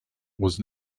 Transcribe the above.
was